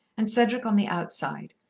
and cedric on the outside,